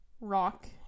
rock